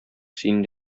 сине